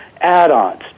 add-ons